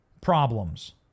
problems